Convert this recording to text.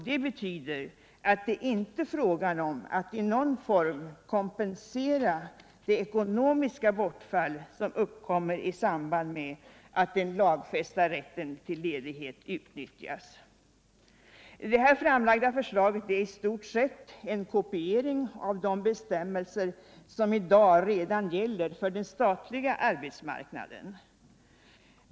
Det betyder att det inte är fråga om att i någon form kompensera det ekonomiska bortfall som uppkommer i samband med att den lagfästa rätten till ledighet utnyttjas. Det framlagda förslaget är i stort sett en kopiering av de bestämmelser som i dag redan gäller för den statliga arbetsmarknaden.